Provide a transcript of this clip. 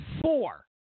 four